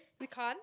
we can't